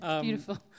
beautiful